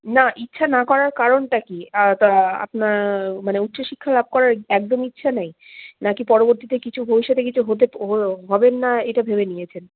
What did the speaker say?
না ইচ্ছা না করার কারণটা কি তা আপনার মানে উচ্চশিক্ষা লাভ করার একদমই ইচ্ছা নেই না কি পরবর্তীতে কিছু ভবিষ্যতে কিছু হতে হবেন না এটা ভেবে নিয়েছেন